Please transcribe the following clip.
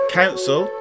council